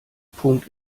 punkt